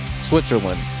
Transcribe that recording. Switzerland